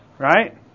right